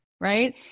right